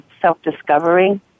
self-discovery